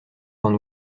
quand